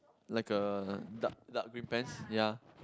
like a dark dark green pants ya